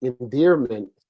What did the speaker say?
endearment